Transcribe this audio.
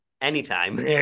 anytime